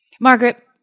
Margaret